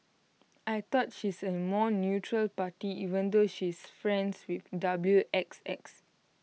I thought she's A more neutral party even though she is friends with W X X